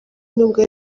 n’ubwo